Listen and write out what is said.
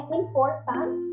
important